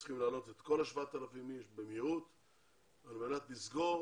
שצריך להעלות במהירות את כל 7,000 האנשים על מנת לסגור